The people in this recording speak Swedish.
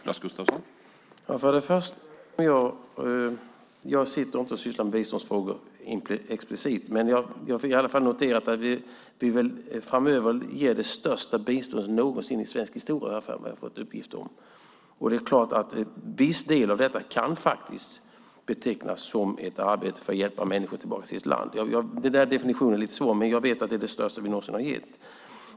Herr talman! Jag sitter inte och sysslar med biståndsfrågor explicit, men jag fick i alla fall noterat att vi framöver ger det största biståndet någonsin i svensk historia. Det har jag för mig att jag har fått uppgifter om. Det är klart att en viss del av detta faktiskt kan betecknas som ett arbete för att hjälpa människor tillbaka till sitt land. Den definitionen är lite svår, men jag vet att det är det största vi någonsin har gett.